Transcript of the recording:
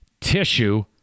tissue